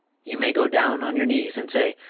you may go down on your knees, and say,